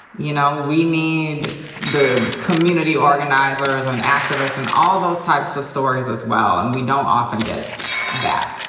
you know, we need the community organizers, and activists, and all those types of stories as well, and we don't often get that.